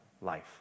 life